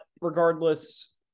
Regardless